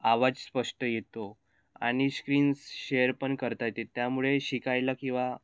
आवाज स्पष्ट येतो आणि स्क्रीन्स शेअर पण करता येते त्यामुळे शिकायला किंवा